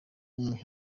umwe